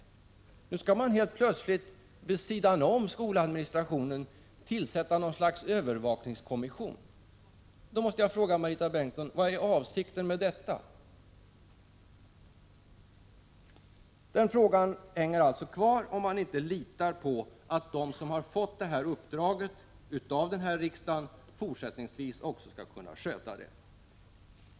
Men nu skall man helt plötsligt vid sidan om skoladministrationen tillsätta något slags övervakningskommission. Vad är avsikten med detta? Den frågan kvarstår alltså, om man inte litar på att de som fått uppdraget av riksdagen också fortsättningsvis skall kunna sköta det.